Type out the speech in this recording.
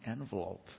envelope